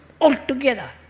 altogether